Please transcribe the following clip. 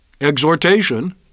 exhortation